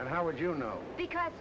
and how would you know because